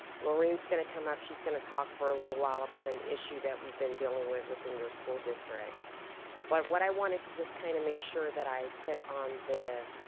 laureen's gonna come up, she's gonna talk for a little while about an issue that we've been dealing with within your school district. but what i wanted to just kind of make sure that i put um